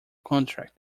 contract